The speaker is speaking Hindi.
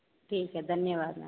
ठीक है धन्यवाद मैम